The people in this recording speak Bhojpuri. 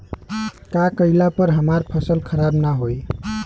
का कइला पर हमार फसल खराब ना होयी?